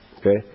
Okay